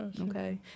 Okay